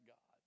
God